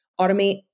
automate